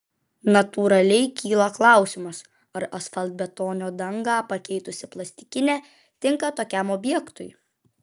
natūraliai kyla klausimas ar asfaltbetonio dangą pakeitusi plastikinė tinka tokiam objektui